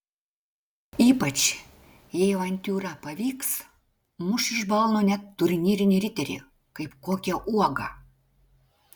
ypač jei avantiūra pavyks muš iš balno net turnyrinį riterį kaip kokią uogą